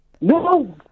No